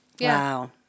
Wow